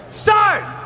start